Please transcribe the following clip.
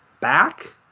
back